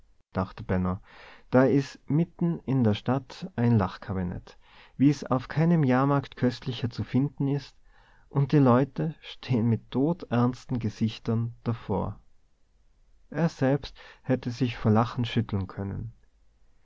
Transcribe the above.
dachte benno da is mitten in der stadt ein lachkabinett wie's auf keinem jahrmarkt köstlicher zu finden is unn die leut stehn mit todernsten gesichtern davor er selbst hätte sich vor lachen schütteln können